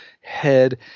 head